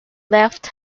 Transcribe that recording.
left